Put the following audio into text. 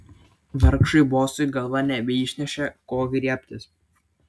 vargšui bosui galva nebeišnešė ko griebtis